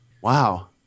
Wow